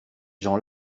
gens